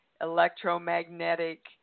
electromagnetic